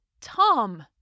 Tom